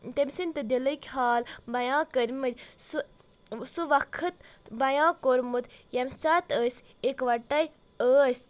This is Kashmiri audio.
تٔمہِ سٕنٛدۍ تہِ دِلٕکۍ حال بیاں کٔرۍ مٕتۍ سُہ وقت بیاں کوٚرمُت ییٚمہِ ساتہٕ أسۍ یِکوٹے أسۍ